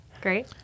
Great